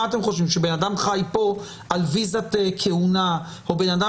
אתם חושבים שבן אדם חי כאן על אשרת כהונה או בן אדם